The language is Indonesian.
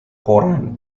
koran